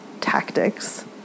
tactics